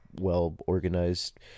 well-organized